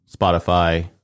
Spotify